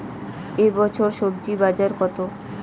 এ বছর স্বজি বাজার কত?